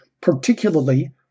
particularly